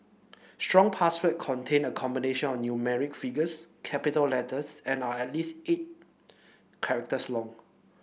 strong password contain a combination of numerical figures capital letters and are at least eight characters long